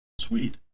Sweet